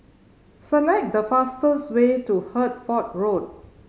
select the fastest way to Hertford Road